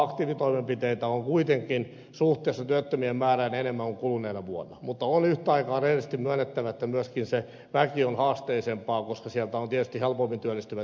aktiivitoimenpiteitä on kuitenkin suhteessa työttömien määrään enemmän kuin kuluneena vuonna mutta on yhtä aikaa rehellisesti myönnettävä että myöskin se väki on haasteisempaa koska sieltä ovat tietysti helpommin työllistyvät jo työllistyneet